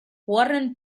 warren